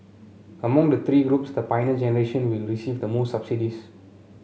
among the three groups the Pioneer Generation will receive the most subsidies